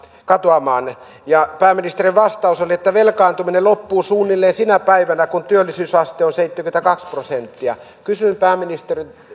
katoamaan ja pääministerin vastaus oli että velkaantuminen loppuu suunnilleen sinä päivänä kun työllisyysaste on seitsemänkymmentäkaksi prosenttia kysyn pääministeriltä